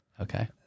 Okay